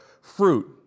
fruit